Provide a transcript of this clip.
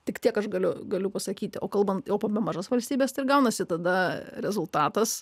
tik tiek aš galiu galiu pasakyti o kalbant apie mažos valstybės tai ir gaunasi tada rezultatas